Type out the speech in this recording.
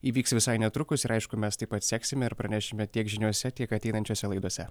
įvyks visai netrukus ir aišku mes taip pat seksime ir pranešime tiek žiniose tiek ateinančiose laidose